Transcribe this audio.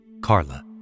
Carla